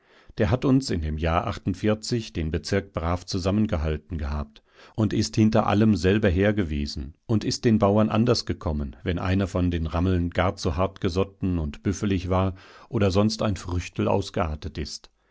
der hat uns in dem jahr den bezirk brav zusammengehalten gehabt und ist hinter allem selber hergewesen und ist den bauern anders gekommen wenn einer von den rammeln gar zu hartgesotten und büffelig war oder sonst irgend ein früchtel ausgeartet ist